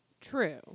True